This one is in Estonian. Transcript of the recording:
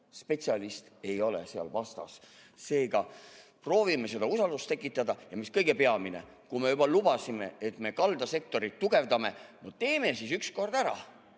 ei ole seal vastas. Seega, proovime seda usaldust tekitada. Ja mis kõige peamine: kui me juba lubasime, et me kaldasektorit tugevdame, teeme siis selle ükskord ära.